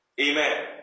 amen